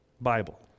Bible